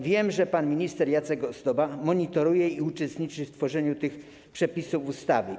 Wiem, że pan minister Jacek Ozdoba to monitoruje i uczestniczy w tworzeniu tych przepisów ustawy.